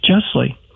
justly